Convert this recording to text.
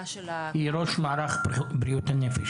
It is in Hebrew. היא ראש מערך בריאות הנפש.